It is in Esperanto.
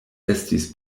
estis